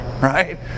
right